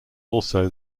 also